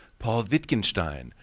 paul wittgenstein,